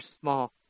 small